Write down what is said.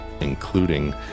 including